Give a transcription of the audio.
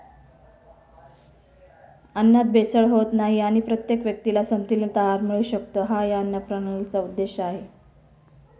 अन्नात भेसळ होत नाही आणि प्रत्येक व्यक्तीला संतुलित आहार मिळू शकतो, हा या अन्नप्रणालीचा उद्देश आहे